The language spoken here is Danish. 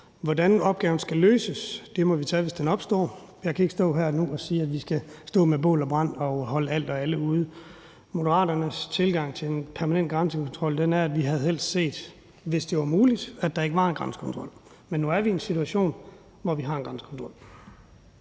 Hvordan opgaven skal løses, må vi tage, hvis den opstår. Jeg kan ikke stå her nu og sige, at vi med bål og brand skal holde alt og alle ude. Moderaternes tilgang til en permanent grænsekontrol er, at vi helst havde set, at der, hvis det var muligt, ikke var en grænsekontrol, men nu er vi i en situation, hvor vi har en grænsekontrol.